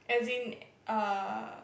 as in uh